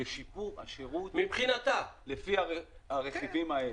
לשיפור השירות, לפי הרכיבים האלה.